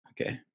Okay